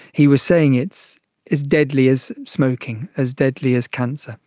he was saying it's as deadly as smoking, as deadly as cancer,